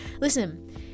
listen